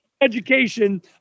education